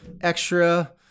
extra